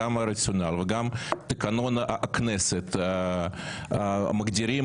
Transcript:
גם הרציונל וגם תקנון הכנסת מגדירים